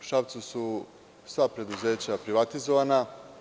U Šapcu su sva preduzeća privatizovana.